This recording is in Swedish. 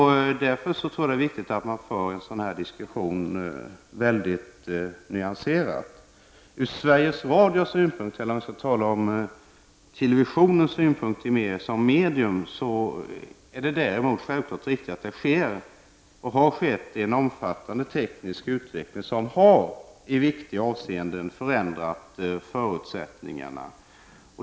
Därför tror jag att det är viktigt att man för en sådan här diskussion mycket nyanserat. När det gäller televisionen som medium är det självfallet riktigt att det har skett en omfattande teknisk utveckling som i viktiga avseenden har förändrat förutsättningarna.